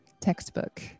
textbook